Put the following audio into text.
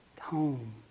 home